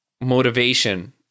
motivation